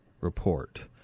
Report